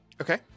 Okay